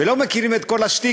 ולא מכירים את כל השטיקים,